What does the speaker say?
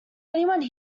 anyone